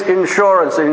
insurance